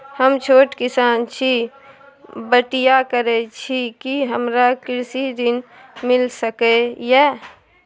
हम छोट किसान छी, बटईया करे छी कि हमरा कृषि ऋण मिल सके या?